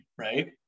right